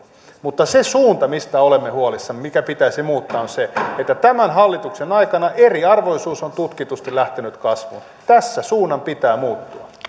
mutta se suunta mistä olemme huolissamme mikä pitäisi muuttaa on se että tämän hallituksen aikana eriarvoisuus on tutkitusti lähtenyt kasvuun tässä suunnan pitää muuttua